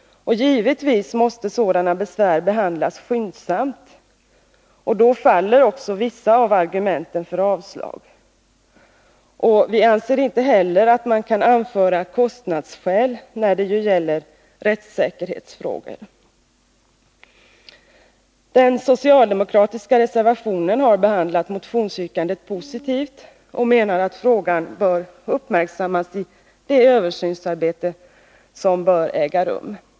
Givetvis måste sådana besvär behandlas skyndsamt, och då faller också vissa av argumenten för avslag. Vi anser inte heller att man kan anföra kostnadsskäl när det gäller rättssäkerhetsfrågor. I den socialdemokratiska reservationen har man behandlat motionsyrkandet positivt och menat att frågan bör uppmärksammas i det översynsarbete som bör äga rum.